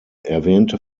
erwähnte